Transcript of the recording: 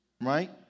right